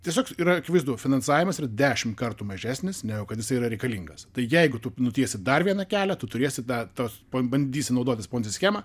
tiesiog yra akivaizdu finansavimas yra dešim kartų mažesnis negu kad jisai yra reikalingas tai jeigu tu nutiesi dar vieną kelią tu turėsi dar tos pabandysi naudotis ponzi schema